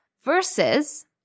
Versus